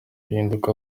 bihinduka